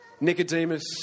Nicodemus